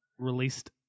released